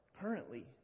currently